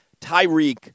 Tyreek